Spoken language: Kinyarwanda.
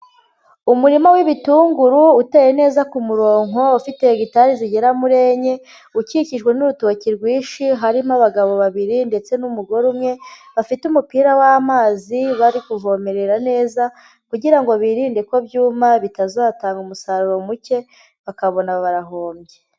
Umurima w'ibitunguru uteye neza ku murongo, ufite hegitari zigera muri enye, ukikijwe n'urutoki rwinshi, harimo abagabo babiri ndetse n'umugore umwe, bafite umupira w'amazi, bari kuvomerera neza kugira ngo birinde ko byuma bitazatanga umusaruro muke, bakabona barahombye.